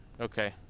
Okay